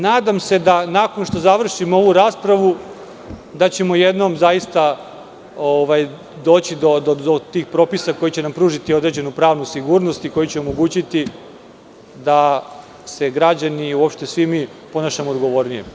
Nadam se da ćemo, nakon što završimo ovu raspravu, jednom zaista doći do tih propisa koji će nam pružiti određenu pravnu sigurnost i koji će omogućiti da se građani i uopšte svi mi ponašamo odgovornije.